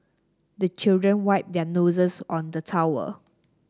the children wipe their noses on the towel